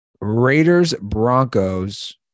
Raiders-Broncos